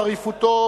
חריפותו,